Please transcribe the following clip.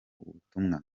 ubutumwa